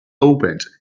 opened